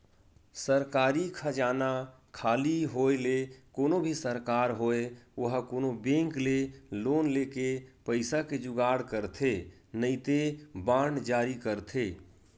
सरकारी खजाना खाली होय ले कोनो भी सरकार होय ओहा कोनो बेंक ले लोन लेके पइसा के जुगाड़ करथे नइते बांड जारी करथे